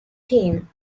team